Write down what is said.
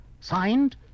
signed